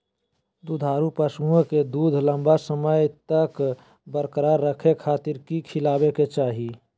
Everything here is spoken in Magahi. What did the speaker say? दुधारू पशुओं के दूध लंबा समय तक बरकरार रखे खातिर की खिलावे के चाही?